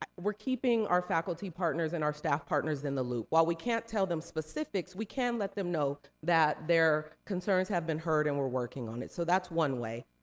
um we're keeping our faculty partners and our staff partners in the loop. while we can't tell them specifics, we can let them know that their concerns have been heard, and we're working on it. so that's one way.